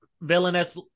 Villainous